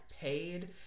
paid